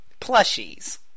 Plushies